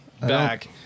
back